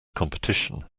competition